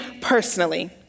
personally